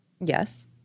Yes